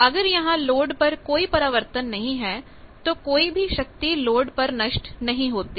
कि अगर यहां लोड पर कोई परावर्तन नहीं है तो कोई भी शक्ति लोड पर नष्ट नहीं होती